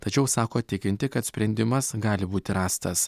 tačiau sako tikinti kad sprendimas gali būti rastas